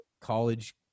college